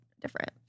different